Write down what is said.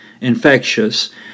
infectious